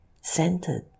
centered